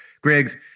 Griggs